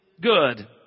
good